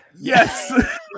Yes